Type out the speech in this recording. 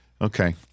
Okay